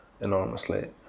enormously